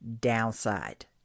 downside